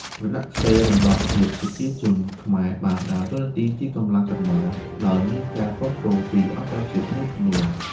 រណសិរ្សរំដោះជាតិប្រជាជនខ្មែរបានដើរតួនាទីជាកម្លាំងកណ្តាល ដោយមានការគាំទ្រពីអន្តរជាតិមួយចំនួន។